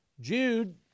Jude